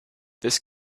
this